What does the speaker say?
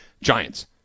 Giants